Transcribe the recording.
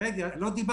אני לא חושב